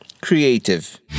creative